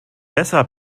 besser